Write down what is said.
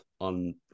on